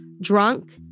Drunk